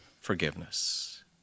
forgiveness